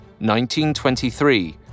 1923